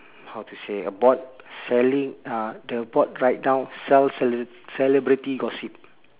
how to say a board selling uh the board write down sell cele~ celebrity gossip